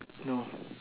no